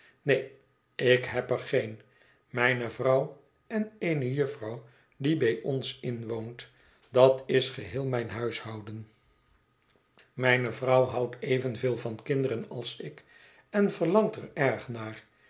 neen ik heb er geen mijne vrouw en eene jufvrouw die bij ons inwoont dat is geheel mijn huishouden mijne vrouw houdt evenveel van kinderen als ik en verlangt er erg naar